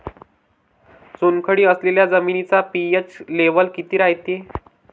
चुनखडी असलेल्या जमिनीचा पी.एच लेव्हल किती रायते?